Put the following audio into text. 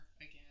again